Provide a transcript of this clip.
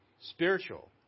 spiritual